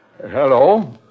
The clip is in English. Hello